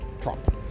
Trump